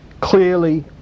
clearly